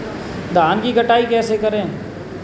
धान की कटाई कैसे करें?